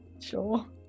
Sure